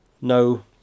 no